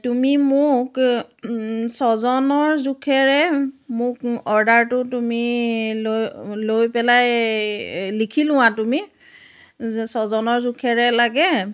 তুমি মোক ছজনৰ জোখেৰে মোক অৰ্ডাৰটো তুমি লৈ লৈ পেলাই লিখি লোৱা তুমি যে ছজনৰ জোখেৰে লাগে